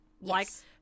Yes